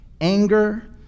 anger